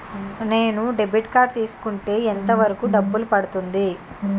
నేను debit card తీసుకుంటే ఎంత వరకు డబ్బు పడుతుంది?